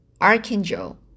Archangel